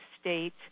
State